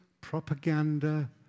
propaganda